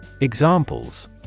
Examples